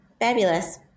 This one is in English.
Fabulous